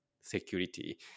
security